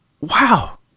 wow